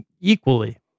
equally